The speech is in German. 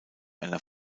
einer